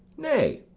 nay,